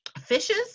fishes